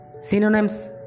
synonyms